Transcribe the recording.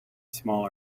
smaller